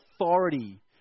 authority